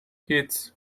hits